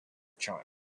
china